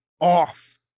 off